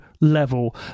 level